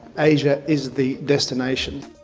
asia is the destination.